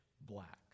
black